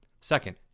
Second